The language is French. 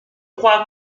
crois